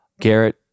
Garrett